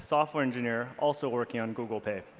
software engineer also working on google play.